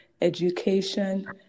education